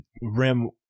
Rim